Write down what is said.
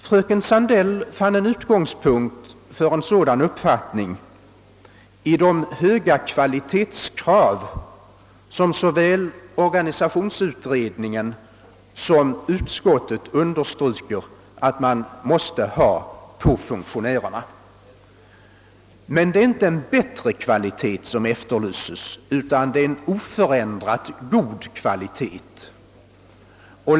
Fröken Sandell fann en utgångspunkt för en sådan uppfattning i de höga kvalitetskrav som såväl organisationsutredningen som utskottet understryker att man måste ha på funktionärerna. Men det är inte en bättre kvalitet som efterlyses utan en oförändrat god kvalitet.